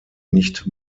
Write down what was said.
nicht